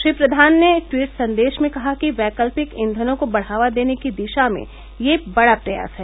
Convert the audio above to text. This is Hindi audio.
श्री प्रधान ने ट्वीट संदेश में कहा कि वैकल्पिक इंघनों को बढ़ावा देने की दिशा में यह बड़ा प्रयास है